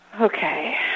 Okay